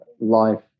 life